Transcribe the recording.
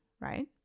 right